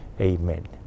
Amen